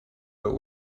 but